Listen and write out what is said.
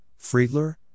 Friedler